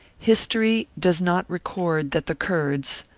history does not record that the kurds,